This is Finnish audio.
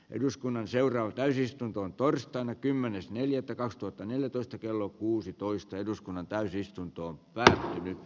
eduskunnan seuraava täysistuntoon torstaina kymmenes neljättä kaksituhattaneljätoista kello kuusitoista eduskunnan täysistuntoon pään